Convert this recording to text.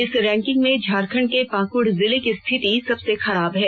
इस रैंकिंग में झारखंड के पाकुड़ जिले की स्थिति सबसे खराब है